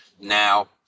Now